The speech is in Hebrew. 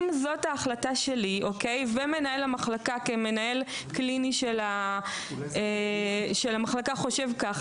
ואם זאת ההחלטה שלי ומנהל המחלקה כמנהל קליני חושב כך,